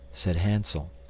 said hansel,